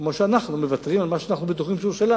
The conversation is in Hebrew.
כמו שאנחנו מוותרים על משהו שאנחנו חושבים שהוא שלנו,